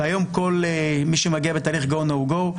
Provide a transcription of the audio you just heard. והיום כל מי שמגיע בתהליך go-no-go,